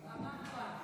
רמה גבוהה.